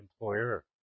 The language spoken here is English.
employer